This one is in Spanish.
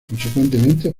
consecuentemente